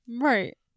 Right